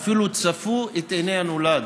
ואפילו צפו את הנולד,